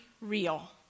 real